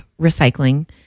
recycling